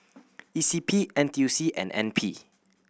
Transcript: E C P N T U C and N P